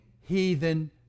heathen